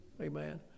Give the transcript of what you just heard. Amen